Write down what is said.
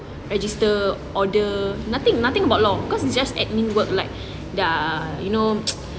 register order nothing nothing about law cause it's just admin work like the you know